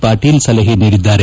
ಪಾಟೀಲ್ ಸಲಹೆ ನೀಡಿದ್ದಾರೆ